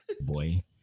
Boy